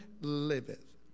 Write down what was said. liveth